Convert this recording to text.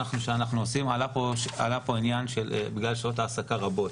עלה פה העניין של שעות העסקה רבות,